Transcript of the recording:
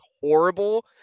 horrible